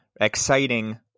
exciting